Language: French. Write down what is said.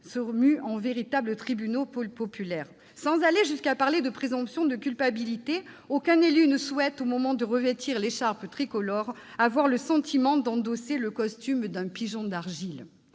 se muent en véritables tribunaux populaires. Sans aller jusqu'à parler de présomption de culpabilité, aucun élu ne souhaite, au moment de ceindre l'écharpe tricolore, avoir le sentiment de se transformer en pigeon d'argile